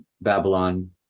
babylon